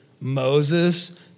Moses